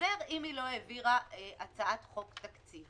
תתפזר אם היא לא העבירה הצעת חוק תקציב.